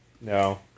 No